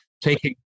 taking